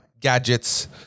gadgets